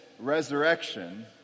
resurrection